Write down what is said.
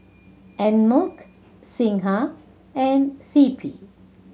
Einmilk Singha and C P